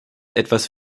etwas